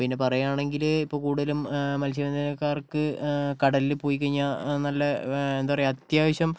പിന്നെ പറയുകയാണെങ്കിൽ ഇപ്പോൾ കൂടുതലും മത്സ്യബന്ധനക്കാർക്ക് കടലിൽ പോയി കഴിഞ്ഞാൽ നല്ല എന്താ പറയുക അത്യാവശ്യം